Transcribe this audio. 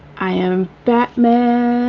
i am batman